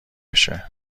بشه